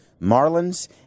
Marlins